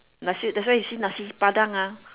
nasi that's why you see nasi-padang ah